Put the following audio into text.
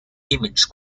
image